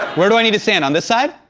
where do i need to stand, on this side?